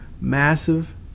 massive